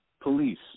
police